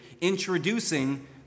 introducing